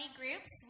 groups